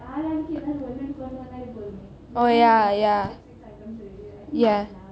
oh ya ya ya